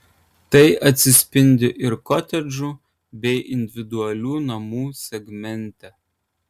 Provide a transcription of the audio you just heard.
tai atsispindi ir kotedžų bei individualių namų segmente